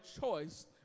choice